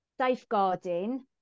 safeguarding